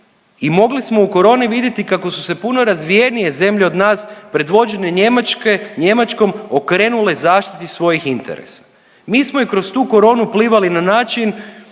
i mogli smo u koroni vidjeti kako su se puno razvijenije zemlje od nas predvođene Njemačke, Njemačkom okrenule zaštiti svojih interesa. Mi smo i kroz tu koronu plivali na način